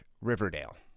Riverdale